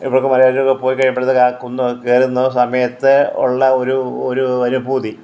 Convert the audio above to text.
ഇപ്പോഴൊക്കെ മലയാറ്റൂര് പോയിക്കഴിയുമ്പോഴേക്ക് ആ കുന്ന് കയറുന്ന സമയത്ത് ഉള്ള ഒരു ഒരു അനുഭൂതി